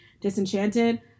disenchanted